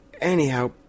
Anyhow